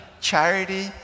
charity